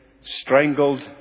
strangled